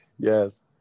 Yes